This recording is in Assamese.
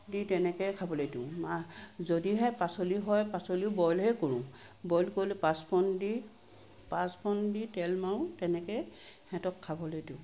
দি তেনেকৈ খাবলৈ দিওঁ মা যদিহে পাচলি হয় পাচলিও বইলেই কৰোঁ বইল কৰি লৈ পাঁচফোৰণ দি পাঁচফোৰণ দি তেল মাৰোঁ তেনেকৈ সিহঁতক খাবলৈ দিওঁ